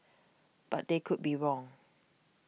but they could be wrong